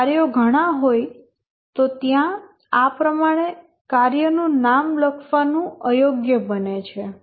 જો કાર્યો ઘણાં હોય તો ત્યાં આ પ્રમાણે કાર્ય નું નામ લખવાનું અયોગ્ય બને છે